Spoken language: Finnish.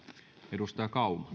arvoisa